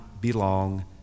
belong